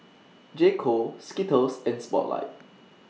J Co Skittles and Spotlight